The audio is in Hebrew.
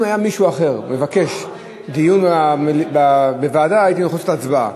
אם היה מישהו אחר מבקש דיון בוועדה הייתי יכול לעשות הצבעה,